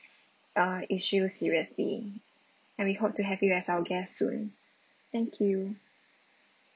uh issues seriously and we hope to have you as our guest soon thank you